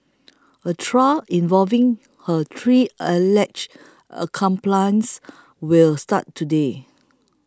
a trial involving her three alleged accomplices will start today